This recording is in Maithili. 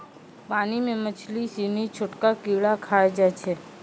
पानी मे मछली सिनी छोटका कीड़ा खाय जाय छै